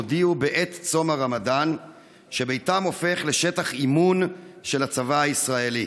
הודיעו בעת צום הרמדאן שביתם הופך לשטח אימון של הצבא הישראלי.